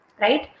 Right